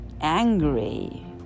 angry